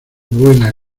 buena